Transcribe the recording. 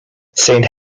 saint